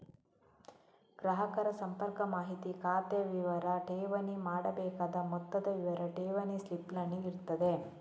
ಗ್ರಾಹಕರ ಸಂಪರ್ಕ ಮಾಹಿತಿ, ಖಾತೆ ವಿವರ, ಠೇವಣಿ ಮಾಡಬೇಕಾದ ಮೊತ್ತದ ವಿವರ ಠೇವಣಿ ಸ್ಲಿಪ್ ನಲ್ಲಿ ಇರ್ತದೆ